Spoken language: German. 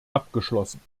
abgeschlossen